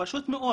פשוט מאוד